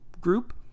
group